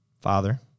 father